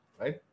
right